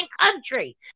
country